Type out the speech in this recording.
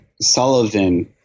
Sullivan